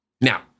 Now